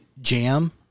jam